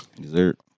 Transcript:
Dessert